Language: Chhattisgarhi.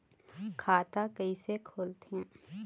खाता कइसे खोलथें?